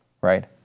right